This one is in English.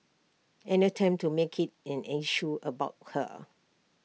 and attempt to make IT and an issue about her